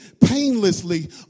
painlessly